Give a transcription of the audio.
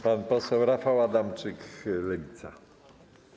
Pan poseł Rafał Adamczyk, Lewica.